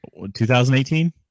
2018